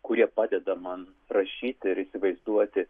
kurie padeda man rašyti ir įsivaizduoti